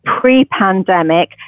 pre-pandemic